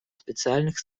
специальных